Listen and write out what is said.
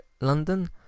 London